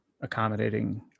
accommodating